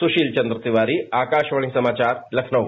सुशील चन्द्र तिवारी आकाशवाणी समाचार लखनऊ